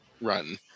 Run